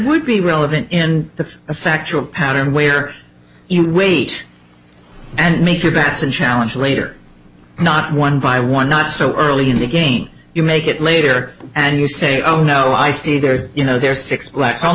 would be relevant in the factual pattern where you wait and make your bets and challenge later not one by one not so early in the game you make it later and you say oh no i see there's you know there are six blacks on